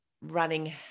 running